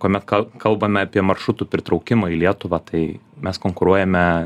kuomet kal kalbame apie maršrutų pritraukimą į lietuvą tai mes konkuruojame